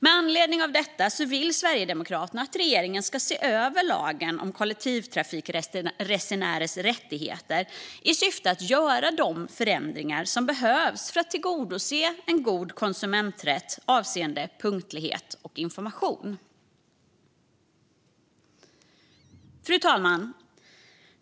Med anledning av detta vill Sverigedemokraterna att regeringen ska se över lagen om kollektivtrafikresenärers rättigheter i syfte att göra de förändringar som behövs för att tillgodose en god konsumenträtt avseende punktlighet och information. Fru talman!